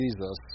Jesus